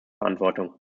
verantwortung